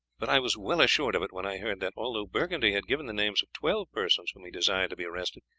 but i was well assured of it when i heard that, although burgundy had given the names of twelve persons whom he desired to be arrested,